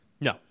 No